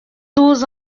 douze